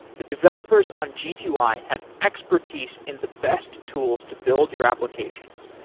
the developers on g two i have expertise in the best tools to build your applications.